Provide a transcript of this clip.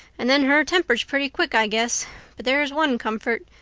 and then, her temper's pretty quick, i guess but there's one comfort,